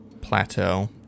plateau